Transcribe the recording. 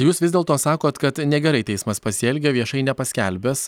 jūs vis dėlto sakot kad negerai teismas pasielgė viešai nepaskelbęs